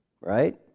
right